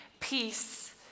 peace